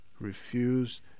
Refused